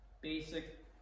basic